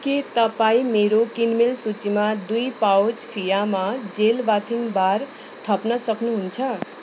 के तपाईँ मेरो किनमेल सुचीमा दुई pouch Fiama gel bathing bar थप्न सक्नुहुन्छ